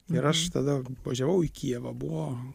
ir aš tada važiavau į kijevą buvo